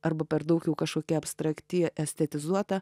arba per daug jau kažkokia abstrakti estetizuota